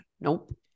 Nope